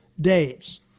days